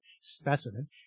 specimen